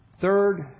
Third